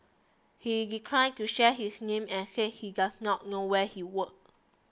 he declined to share his name and said he does not know where he worked